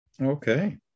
Okay